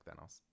Thanos